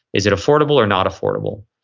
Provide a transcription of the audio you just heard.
is it affordable or not affordable?